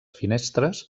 finestres